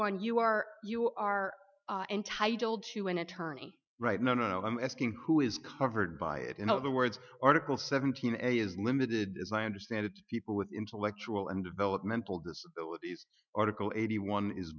one you are you are entitled to an attorney right no no no i'm asking who is covered by it in other words article seventeen a is limited as i understand it people with intellectual and developmental disabilities article eighty one is